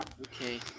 Okay